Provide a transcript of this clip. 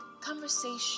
conversation